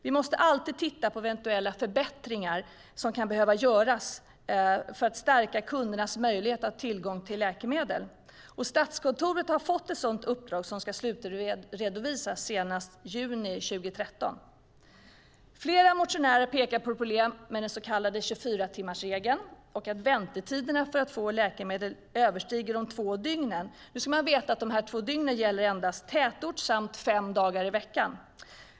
Vi måste alltid titta på eventuella förbättringar som kan behöva göras för att stärka kundernas möjlighet att få tillgång till läkemedel. Statskontoret har fått ett sådant uppdrag som ska slutredovisas senast juni 2013. Flera motionärer pekar på problem med den så kallade 24-timmarsregeln och att väntetiderna för att få läkemedel överstiger två dygn. Då ska man veta att de två dygnen gäller endast tätort samt fem dagar i veckan.